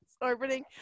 Orbiting